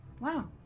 Wow